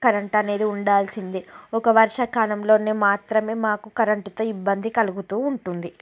current అనేది ఉండాల్సిందే ఒక వర్షాకాలంలోనే మాత్రమే మాకు కరెంట్తో ఇబ్బంది కలుగుతూ ఉంటుంది